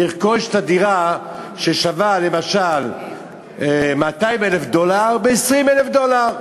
לרכוש את הדירה ששווה למשל 200,000 דולר ב-20,000 דולר.